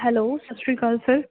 hello ਸਤਿ ਸ਼੍ਰੀ ਅਕਾਲ ਸਰ